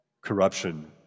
corruption